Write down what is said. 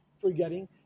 forgetting